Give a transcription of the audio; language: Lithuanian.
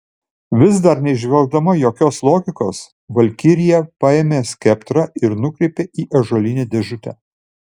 vis dar neįžvelgdama jokios logikos valkirija paėmė skeptrą ir nukreipė į ąžuolinę dėžutę